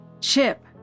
Chip